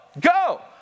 go